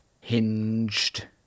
Hinged